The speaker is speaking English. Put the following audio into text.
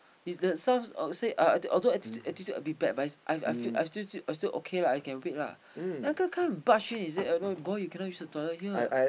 if the staff uh say uh uh although although attitude attitude a bit bad but is I I feel I still feel I still okay lah I can't wait lah the uncle come and barge in is it uh no boy you cannot use the toilet here